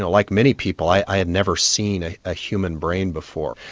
like many people i had never seen a ah human brain before,